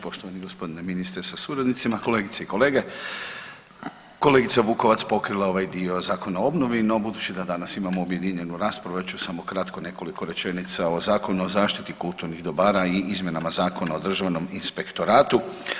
Poštovani gospodine ministre sa suradnicima, kolegice i kolege, kolegica Vukovac pokrila ovaj dio Zakona o obnovi no budući da danas imamo objedinjenu raspravu ja ću samo kratko nekoliko rečenica o Zakonu o zaštiti kulturnih dobara i izmjenama Zakona o državnom inspektoratu.